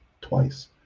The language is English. twice